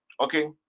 okay